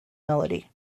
melody